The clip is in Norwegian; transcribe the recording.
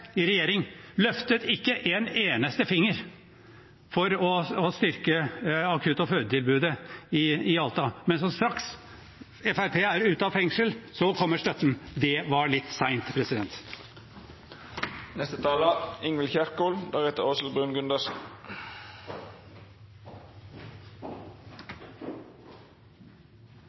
i regjering ikke løftet en eneste finger for å styrke akutt- og fødetilbudet der. Men straks Fremskrittspartiet er ute av fengsel, kommer støtten. Det var litt